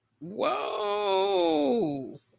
Whoa